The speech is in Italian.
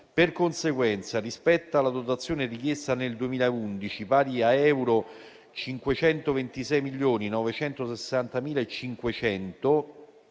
Per conseguenza, rispetto alla dotazione richiesta nel 2011, pari a euro 526.960.500,